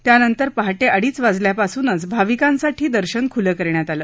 त्यांनतर पहाटे अडीज वाजल्यापासूनच भाविकांसाठी दर्शन ख्लं करण्यात आलं